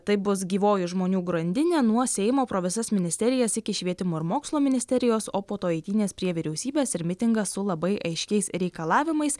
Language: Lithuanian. tai bus gyvoji žmonių grandinė nuo seimo pro visas ministerijas iki švietimo ir mokslo ministerijos o po to eitynės prie vyriausybės ir mitingą su labai aiškiais reikalavimais